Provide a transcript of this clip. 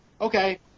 okay